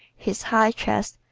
his high chest,